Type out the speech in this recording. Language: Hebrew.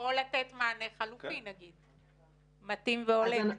או לתת מענה חלופי מתאים והולם.